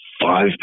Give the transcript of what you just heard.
five